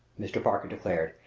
mr. parker declared.